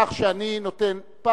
בכך שאני נותן,